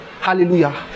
Hallelujah